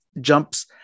jumps